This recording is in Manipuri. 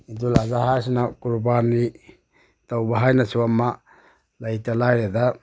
ꯏꯗꯨꯜ ꯑꯖꯥꯍꯥꯁꯤꯅ ꯀꯨꯔꯕꯥꯅꯤ ꯇꯧꯕ ꯍꯥꯏꯅꯁꯨ ꯑꯃ ꯂꯩꯇ ꯂꯥꯏꯔꯗ